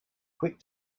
quick